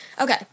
okay